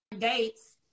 dates